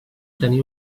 tenir